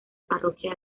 parroquia